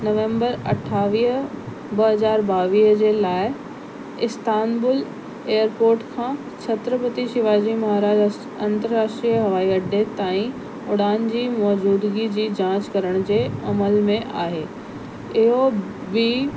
नवंबर अठावीह ॿ हज़ार ॿावीह जे लाइ इस्तांबुल एअरपोर्ट खां छत्रपति शिवाजी महाराज अस अंतर्राष्ट्रीय हवाईअड्डा ताईं उड़ान जी मौजूदगी जी जांच करण जे अमल में आहे इहो बी